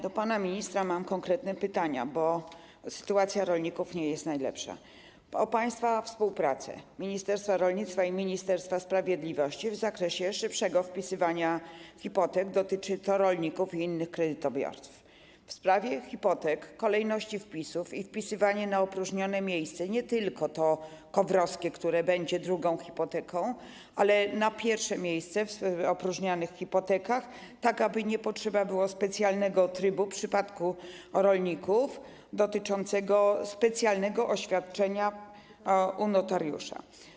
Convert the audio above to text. Do pana ministra mam konkretne pytania, bo sytuacja rolników nie jest najlepsza, o państwa współpracę: ministerstwa rolnictwa i Ministerstwa Sprawiedliwości w zakresie szybszego wpisywania hipotek - dotyczy to rolników i innych kredytobiorców - w sprawie hipotek, kolejności wpisów i wpisywania na opróżnione miejsce nie tylko to KOWR-owskie, które będzie drugą hipoteką, ale na pierwsze miejsce w opróżnianych hipotekach, tak aby w przypadku rolników nie trzeba było specjalnego trybu dotyczącego specjalnego oświadczenia u notariusza.